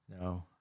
No